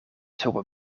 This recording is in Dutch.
zomaar